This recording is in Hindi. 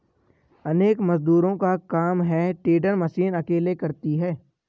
अनेक मजदूरों का काम हे टेडर मशीन अकेले करती है